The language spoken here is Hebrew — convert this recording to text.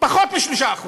פחות מ-3%,